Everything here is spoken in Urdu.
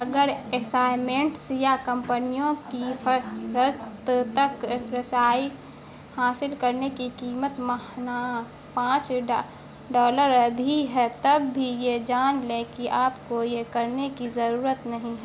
اگر اسائنمنٹس یا کمپنیوں کی فہرست تک رسائی حاصل کرنے کی قیمت ماہنہ پانچ ڈالر بھی ہے تب بھی یہ جان لیں کہ آپ کو یہ کرنے کی ضرورت نہیں ہے